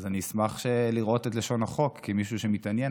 אז אני אשמח לראות את לשון החוק כמישהו שמתעניין,